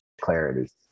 clarity